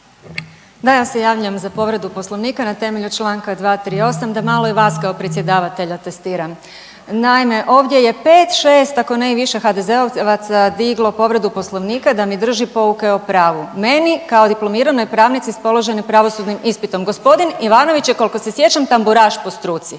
Da, ja se javljam za povredu Poslovnika na temelju članka 238. da malo i vas kao predsjedavatelja testiram. Naime, ovdje je pet, šest ako ne i više HDZ-ovaca diglo povredu Poslovnika da mi drži pouke o pravu, meni kao diplomiranoj pravnici sa položenim pravosudnim ispitom. Gospodin Ivanović je koliko se sjećam tamburaš po struci